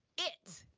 it.